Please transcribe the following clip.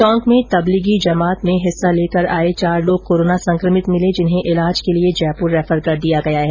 टोंक में तबलीगी जमात हिस्सा लेकर आये चार लोग कोरोना संक्रमित मिले जिन्हें ईलाज के लिए जयपुर रैफर कर दिया गया है